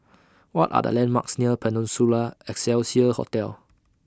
What Are The landmarks near Peninsula Excelsior Hotel